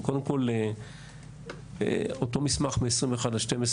קודם כל אותו מסמך מ-21.12.2021,